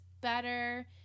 better